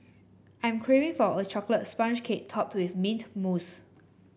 I am craving for a chocolate sponge cake topped with mint mousse